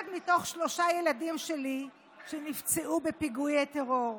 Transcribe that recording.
אחד מתוך שלושה ילדים שלי שנפצעו בפיגועי טרור.